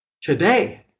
today